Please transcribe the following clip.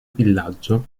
villaggio